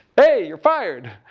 hey, you're fired!